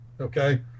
Okay